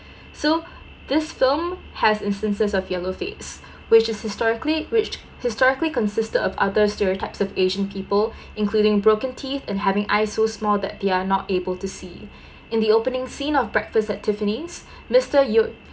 so this film has instances of yellow face which is historically which historically consisted of other stereotype of asian people including broken teeth and having eye so small that they are not able to see in the opening scene of breakfast at tiffany's mister yu~